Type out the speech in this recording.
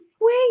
wait